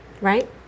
right